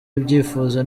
ibyifuzo